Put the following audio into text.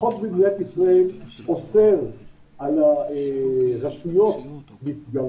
החוק במדינת ישראל אוסר על הרשויות ועל